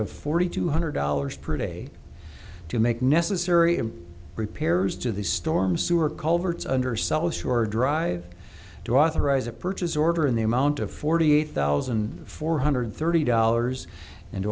of forty two hundred dollars per day to make necessary and repairs to the storm sewer culverts undersell us or drive to authorize a purchase order in the amount of forty eight thousand four hundred thirty dollars and